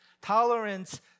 Tolerance